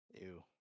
EW